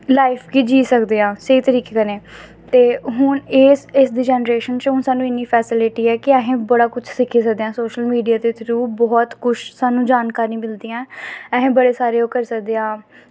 life गी जीऽ सकदे आं स्हेई तरीके कन्नै ते हून इस जनरेशन च सानूं इन्नी फैसिलिटी ऐ कि सानूं बड़ा कुछ सिक्की सकदे आं सोशल मीडिया दे थ्रू बौह्त कुछ सानूं जानकारियां मिलदियां न अस बड़े सारे ओह् करी सकदे आं